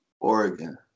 Oregon